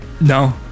No